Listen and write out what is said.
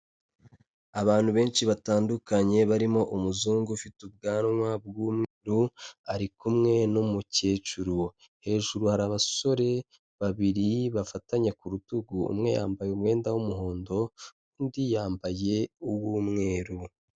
Abantu benshi batandukanye, barimo umuzungu ufite ubwanwa bw'umweruru ari kumwe n'umukecuru, hejuru hari abasore babiri bafatanya ku rutugu, umwe yambaye umwenda w'umuhondo undi yambaye uw'umweru.